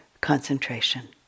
concentration